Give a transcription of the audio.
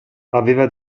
aveva